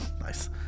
Nice